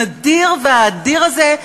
הנדיר והאדיר הזה,